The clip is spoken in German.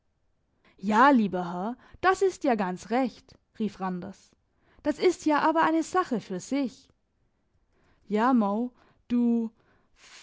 ja lieber herr das ist ja ganz recht rief randers das ist ja aber eine sache für sich ja mau du